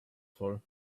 voll